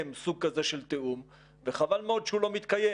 סוג כזה של תיאום וחבל מאוד שהוא לא מתקיים.